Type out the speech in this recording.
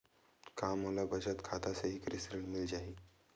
का मोला बचत खाता से ही कृषि ऋण मिल जाहि?